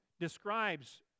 describes